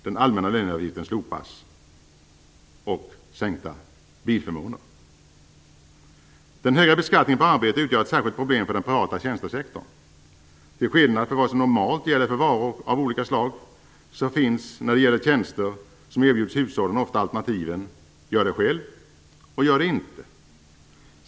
Den höga beskattningen på arbete utgör ett särskilt problem för den privata tjänstesektorn. Till skillnad från vad som normalt gäller för varor av olika slag finns när det gäller tjänster som erbjuds i hushållen ofta alternativen "gör det själv" och "gör det inte".